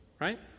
right